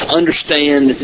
understand